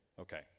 Okay